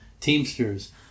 Teamsters